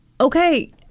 Okay